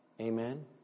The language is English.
Amen